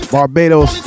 Barbados